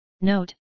Note